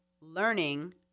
learning